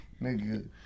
nigga